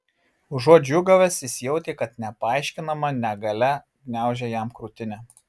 užuot džiūgavęs jis jautė kad nepaaiškinama negalia gniaužia jam krūtinę